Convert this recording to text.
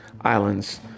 islands